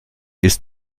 ist